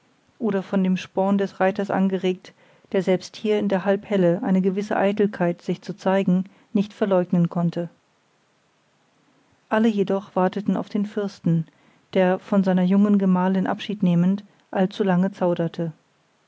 oder von dem sporn des reiters angeregt der selbst hier in der halbhelle eine gewisse eitelkeit sich zu zeigen nicht verleugnen konnte alle jedoch warteten auf den fürsten der von seiner jungen gemahlin abschied nehmend allzulange zauderte